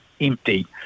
empty